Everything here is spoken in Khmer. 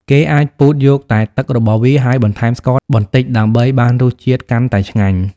គេអាចពូតយកតែទឹករបស់វា ហើយបន្ថែមស្ករ បន្តិចដើម្បីបានរសជាតិកាន់តែឆ្ងាញ់។